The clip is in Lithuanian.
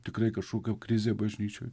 tikrai kažkokia krizė bažnyčioj